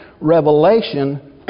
revelation